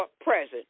present